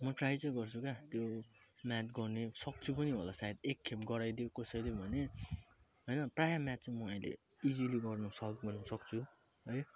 म ट्राई चाहिँ गर्छु क्या त्यो म्याथ गर्ने सक्छु पनि होला सायद एकखेप गराइदियो कसैले भने हैन प्राय म्याथ चाहिँ म अहिले इजिली गर्नु सक्द् सक्छु है